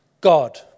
God